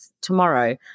tomorrow